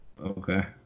Okay